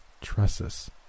tresses